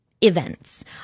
events